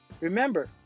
Remember